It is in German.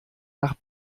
nach